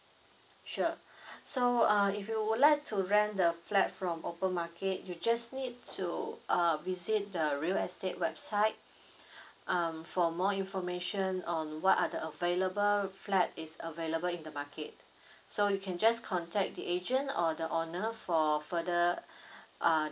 sure so uh if you would like to rent the flat from open market you just need to uh visit the real estate website um for more information on what are the available flat is available in the market so you can just contact the agent or the owner for further uh